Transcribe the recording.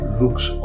looks